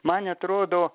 man atrodo